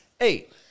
Eight